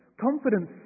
confidence